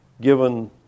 given